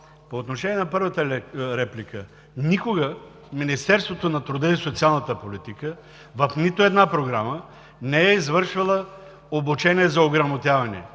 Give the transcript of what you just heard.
за тези реплики преди това, никога Министерството на труда и социалната политика в нито една програма не е извършвало обучение за ограмотяване